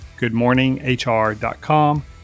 goodmorninghr.com